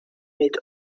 mid